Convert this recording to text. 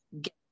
get